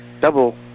Double